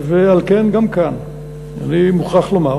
על כן, גם כאן אני מוכרח לומר